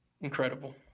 Incredible